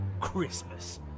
Christmas